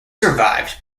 survived